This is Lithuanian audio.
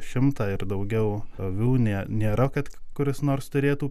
šimtą ir daugiau avių nė nėra kad kuris nors turėtų